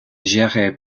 géré